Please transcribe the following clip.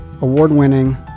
award-winning